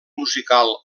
musical